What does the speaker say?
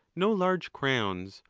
no largo crowns,